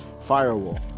firewall